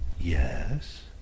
yes